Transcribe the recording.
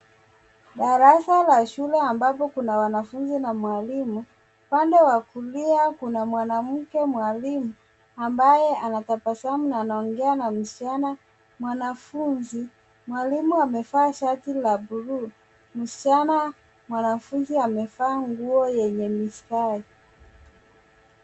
Darasa la shule ambapo kuna mwanafunzi na mwalimu. Upande wa kulia kuna mwanamke mwalimu ambaye anatabasamu na anaongea na msichana mwanafunzi. Mwalimu amevaa shati la buluu. Msichana mwanafunzi amevaa nguo yenye mistari.